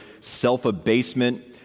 self-abasement